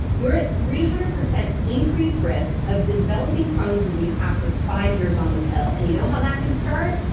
you're at three hundred percent increased risk of developing crohn's disease after five years on the pill and you know how that can start?